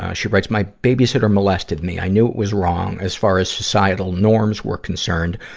ah she writes, my babysitter molested me. i knew it was wrong, as far as societal norms were concerned,